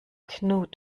knut